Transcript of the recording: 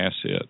asset